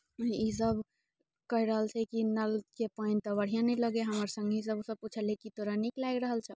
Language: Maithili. ईसब कहि रहल छै कि नलके पानि तऽ बढ़िआँ नहि लगैए हमरा संगीसँ पुछलियै कि तोरा नीक लागि रहल छौ